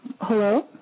hello